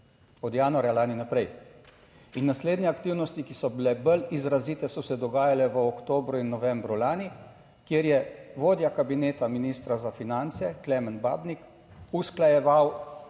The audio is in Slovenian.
Od januarja lani naprej. In naslednje aktivnosti, ki so bile bolj izrazite, so se dogajale v oktobru in novembru lani, kjer je vodja kabineta ministra za finance Klemen Babnik usklajeval